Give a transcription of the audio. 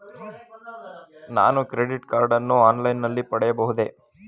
ನಾನು credit card ಅನ್ನು online ನಲ್ಲಿ ಪಡೆಯಬಹುದೇ?